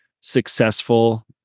successful